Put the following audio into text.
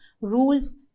rules